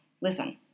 listen